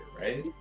right